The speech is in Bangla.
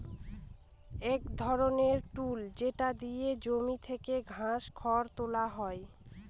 এক ধরনের টুল যেটা দিয়ে জমি থেকে ঘাস, খড় তুলা হয়